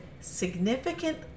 significant